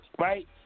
right